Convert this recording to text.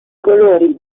colori